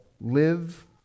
live